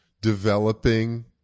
developing